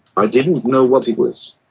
i didn't know what it was.